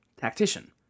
tactician